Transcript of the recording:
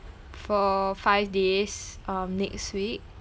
for five days um next week uh